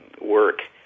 work